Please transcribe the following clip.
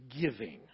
giving